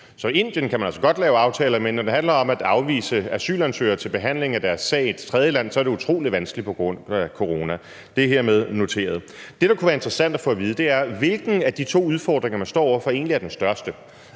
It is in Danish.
Indien kan man altså godt lave en aftale med, men når det handler om at henvise asylansøgere til behandling af deres sag i et tredjeland, er det utrolig vanskeligt på grund af corona. Det er hermed noteret. Det, der kunne være interessant at få at vide, er, hvilken af de to udfordringer man står over for, der egentlig er den største.